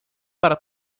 para